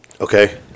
Okay